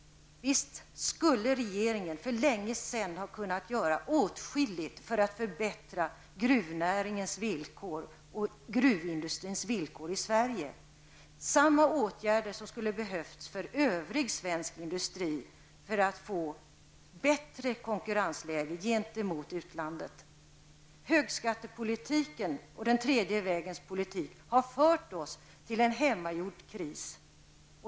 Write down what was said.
Visst skulle regeringen för länge sedan ha kunnat göra åtskilligt för att förbättra gruvnäringens villkor och gruvindustrins villkor i Sverige. Det är samma åtgärder som skulle ha behövt vidtas för övrig svensk industri för att denna skulle få ett bättre konkurrensläge gentemot utlandet. Högskattepolitiken och den tredje vägens politik har fört oss fram till en hemmagjord kris.